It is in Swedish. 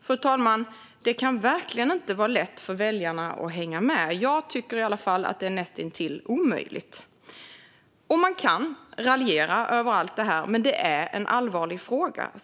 Fru talman! Det kan verkligen inte vara lätt för väljarna att hänga med. Jag tycker i alla fall att det är näst intill omöjligt. Man kan raljera över allt det här. Men det är en allvarlig fråga.